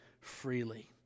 freely